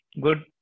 good